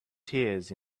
tears